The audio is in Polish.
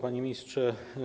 Panie Ministrze!